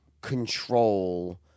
control